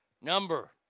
number